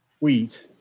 wheat